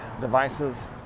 devices